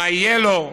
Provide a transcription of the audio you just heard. מה יהיה לו?